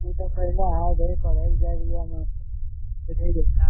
उ तऽ पहिले हाथ जोड़ि पढ़य लए जाइ रहियै हम्मे सेकेण्डे किताब